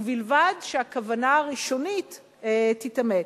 ובלבד שהכוונה הראשונית תתאמת.